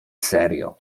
serio